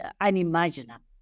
unimaginable